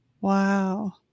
Wow